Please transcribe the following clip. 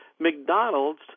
McDonald's